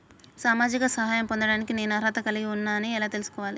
సామాజిక సహాయం పొందడానికి నేను అర్హత కలిగి ఉన్న అని ఎలా తెలుసుకోవాలి?